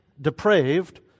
depraved